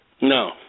no